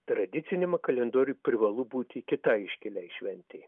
tradiciniame kalendoriuj privalu būti kitai iškiliai šventei